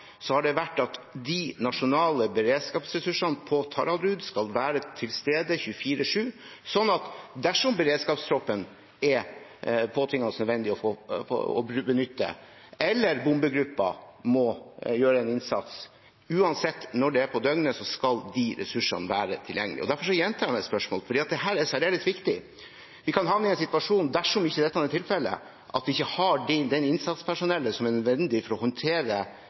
har vært at de nasjonale beredskapsressursene på Taraldrud skal være til stede 24-7, sånn at dersom det er påtvingende nødvendig å benytte beredskapstoppen, eller bombegruppen må gjøre en innsats, uansett når det er på døgnet, så skal de ressursene være tilgjengelige. Derfor gjentar jeg mitt spørsmål, for dette er særdeles viktig. Dersom dette ikke er tilfelle, kan vi havne i en situasjon der vi ikke har det innsatspersonellet som er nødvendig for å håndtere